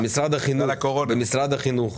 במשרד החינוך